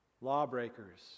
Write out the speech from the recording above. Lawbreakers